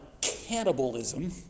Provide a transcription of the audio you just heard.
cannibalism